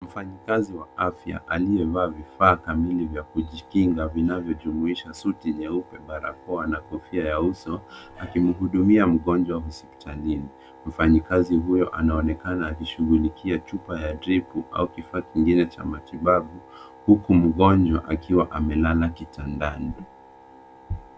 Mfanyikazi wa afya aliyevaa vifaa kamili vya kujikinga vinavyojumuisha suti nyeupe, barakoa na kofia ya uso akimhudumia mgonjwa hospitalini. Mfanyikazi huyo anaonekana akishughulikia chupa ya dripu au kifaa chingine cha matibabu huku mgonjwa akiwa amelala kitandani.